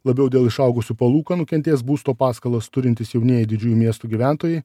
labiau dėl išaugusių palūkanų kentės būsto paskolas turintys jaunieji didžiųjų miestų gyventojai